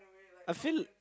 I feel